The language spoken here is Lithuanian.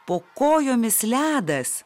po kojomis ledas